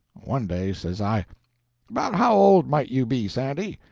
one day, says i about how old might you be, sandy?